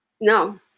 No